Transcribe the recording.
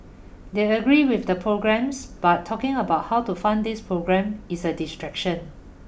they agree with the programmes but talking about how to fund these programmes is a distraction